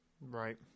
Right